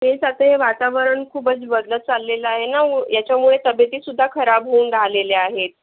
तेच आता हे वातावरण खूपच बदलतं चाललेलं आहेना उ याच्यामुळे तब्येतीसुद्धा खराब होऊन राहिलेल्या आहेत